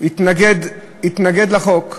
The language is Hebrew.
התנגד לחוק.